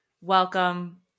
Welcome